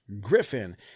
Griffin